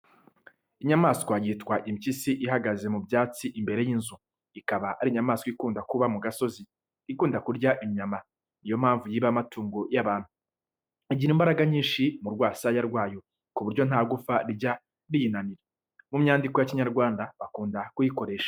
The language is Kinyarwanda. Inyamaswa yitwa impyisi ihagaze mu byatsi imbere y’inzu, ikaba ari inyamaswa ikunda kuba mu gasozi, ikunda kurya inyama niyo mpamvu yiba amatungo y'abantu. Igira imbaraga nyinshi mu rwasaya rwayo ku buryo nta gufa rijya riyinanira. Mu myandiko ya Kinyarwanda bakunda kuyikoresha.